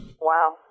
Wow